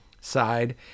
side